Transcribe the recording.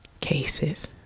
cases